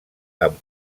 amb